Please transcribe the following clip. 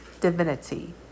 divinity